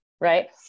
Right